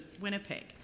Winnipeg